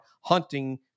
hunting